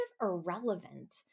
irrelevant